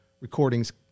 recordings